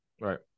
Right